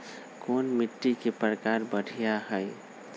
कोन मिट्टी के प्रकार बढ़िया हई?